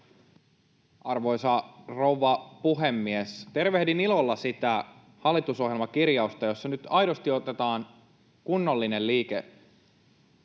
Arvoisa rouva puhemies! Tervehdin ilolla sitä hallitusohjelmakirjausta, jossa nyt aidosti otetaan kunnollinen liike